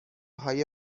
های